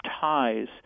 ties